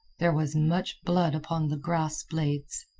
there was much blood upon the grass blades.